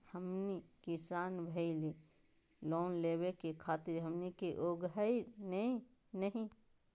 हमनी किसान भईल, लोन लेवे खातीर हमनी के योग्य हई नहीं?